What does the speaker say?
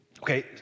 Okay